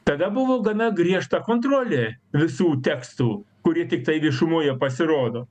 tada buvo gana griežta kontrolė visų tekstų kurie tiktai viešumoje pasirodo